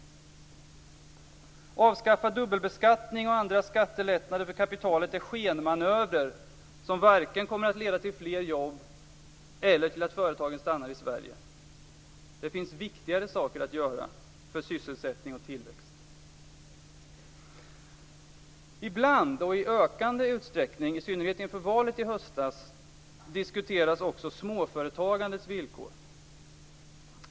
Avskaffad dubbelbeskattning och andra skattelättnader för kapitalet är skenmanövrer som inte kommer att leda vare sig till fler jobb eller till att företagen stannar i Sverige. Det finns viktigare saker att göra för sysselsättningen och tillväxten. Ibland, och i en ökande utsträckning - i synnerhet inför valet i höstas var det så - diskuteras också småföretagandets villkor.